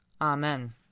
Amen